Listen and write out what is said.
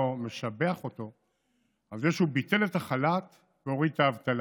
ומשבח אותו על זה שהוא ביטל את החל"ת והוריד את האבטלה.